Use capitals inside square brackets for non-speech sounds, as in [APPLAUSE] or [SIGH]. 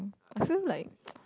I feel like [NOISE]